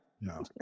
No